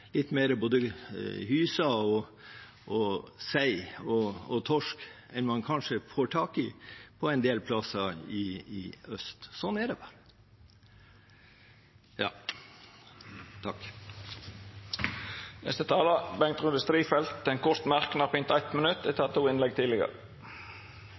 litt mer av både hyse, sei og torsk enn man kanskje får tak i på en del plasser i øst. Sånn er det bare. Representanten Bengt Rune Strifeldt har hatt ordet to gonger tidlegare og får ordet til ein kort merknad, avgrensa til 1 minutt.